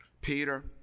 Peter